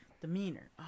Demeanor